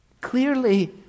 Clearly